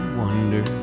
wonder